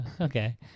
Okay